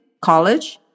College